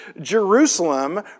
Jerusalem